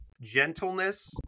gentleness